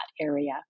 area